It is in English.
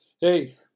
hey